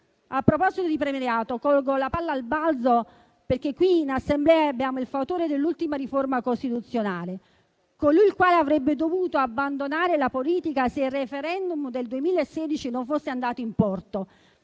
A proposito di premierato, colgo la palla al balzo, perché qui in Aula abbiamo il fautore dell'ultima riforma costituzionale, colui il quale avrebbe dovuto abbandonare la politica se il *referendum* del 2016 non fosse andato in porto.